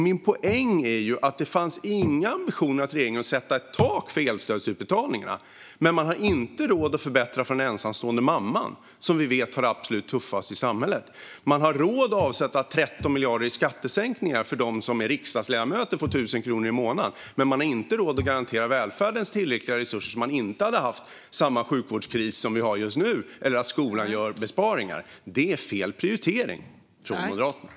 Min poäng är att det inte fanns några ambitioner från regeringen att sätta ett tak för elstödsutbetalningarna men att man inte har råd att förbättra för den ensamstående mamman, som vi vet har det absolut tuffast i samhället. Man har råd att avsätta 13 miljarder i skattesänkningar för dem som är riksdagsledamöter med 1 000 kronor i månaden, men man har inte råd att garantera välfärden tillräckliga resurser så att vi inte hade behövt ha den sjukvårdskris som vi har just nu eller besparingarna i skolan. Det är fel prioritering från Moderaterna.